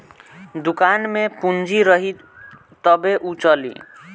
दुकान में पूंजी रही तबे उ चली